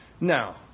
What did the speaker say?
Now